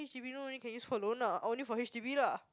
she will not only can use for loan ah only for H_D_B lah